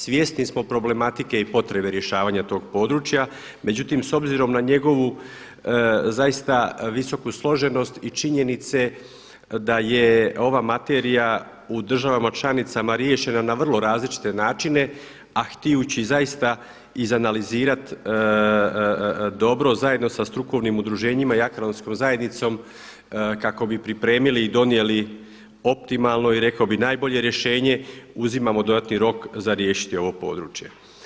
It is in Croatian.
Svjesni smo problematike i potrebe rješavanja tog područja, međutim s obzirom na njegovu zaista visoku složenost i činjenice da je ova materija u državama članicama riješena na vrlo različite načine, a htijući zaista izanalizirati dobro zajedno sa strukovnim udruženjima i akademskom zajednicom kako bi pripremili i donijeli optimalno i rekao bih najbolje rješenje, uzimamo dodatni rok za riješiti ovo područje.